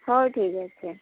ହଉ ଠିକ୍ ଅଛି